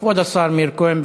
כבוד השר מאיר כהן,